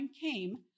came